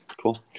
cool